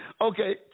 Okay